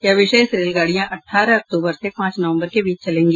यह विशेष रेलगाड़ियां अठारह अक्तूबर अक्टूबर से पांच नवंबर के बीच चलेंगी